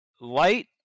Light